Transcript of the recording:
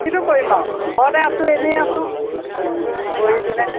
কিটো কৰিম আৰু ঘৰতে আছোঁ এনেই আছোঁ বহি পিনে